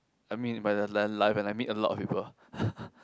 I mean by life and like I meet a lot of people